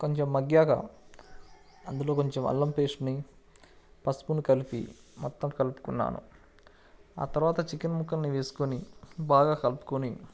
కొంచెం మగ్గినాక అందులో కొంచెం అల్లం పేస్ట్ని పసుపును కలిపి మొత్తం కలుపుకున్నాను ఆ తర్వాత చికెన్ ముక్కలను వేసుకొని బాగా కలుపుకొని